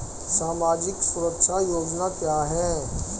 सामाजिक सुरक्षा योजना क्या है?